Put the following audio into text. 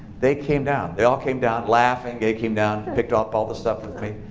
they came down. they all came down laughing. they came down, picked up all the stuff with me.